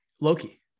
Loki